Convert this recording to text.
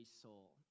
soul